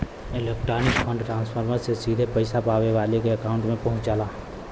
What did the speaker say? electronic fund transfer से सीधे पइसा पावे वाले के अकांउट में पहुंच जाला